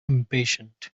impatient